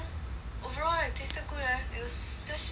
overall it tasted good eh it was still savoury